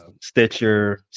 Stitcher